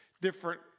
different